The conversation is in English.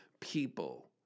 people